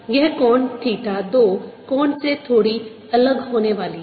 यह कोण थीटा 2 कोण से थोड़ी अलग होने वाली है